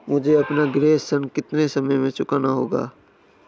मुझे अपना गृह ऋण कितने समय में चुकाना होगा?